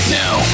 now